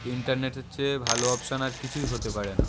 ইন্টারনেটের চেয়ে ভালো অপশন আর কিছুই হতে পারে না